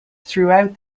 throughout